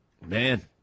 Man